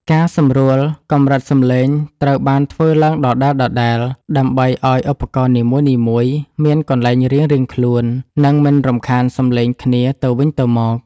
ការសម្រួលកម្រិតសំឡេង ត្រូវបានធ្វើឡើងដដែលៗ ដើម្បីឱ្យឧបករណ៍នីមួយៗមានកន្លែងរៀងៗខ្លួន និងមិនរំខានសំឡេងគ្នាទៅវិញទៅមក។